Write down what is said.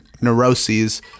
neuroses